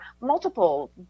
multiple